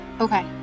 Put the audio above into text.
Okay